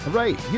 right